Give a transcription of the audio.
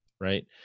right